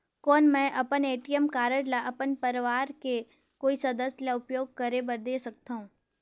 कौन मैं अपन ए.टी.एम कारड ल अपन परवार के कोई सदस्य ल उपयोग करे बर दे सकथव?